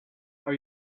are